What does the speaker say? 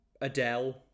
Adele